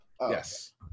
Yes